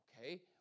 okay